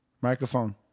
Microphone